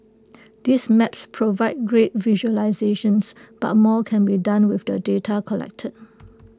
these maps provide great visualisations but more can be done with the data collected